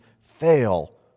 fail